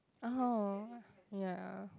oh ya